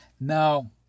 now